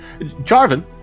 Jarvan